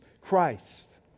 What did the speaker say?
Christ